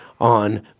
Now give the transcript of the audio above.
on